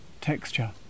texture